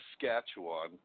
Saskatchewan